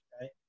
right